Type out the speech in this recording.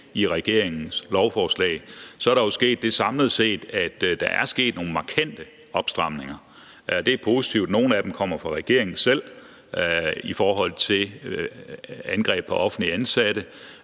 i regeringens lovforslag, er der jo samlet set sket nogle markante opstramninger. Det er positivt. Nogle af dem kommer fra regeringen selv – om angreb på offentligt ansatte